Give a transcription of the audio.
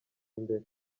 imbere